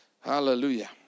Hallelujah